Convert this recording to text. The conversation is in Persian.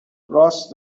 راس